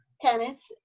tennis